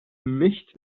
nicht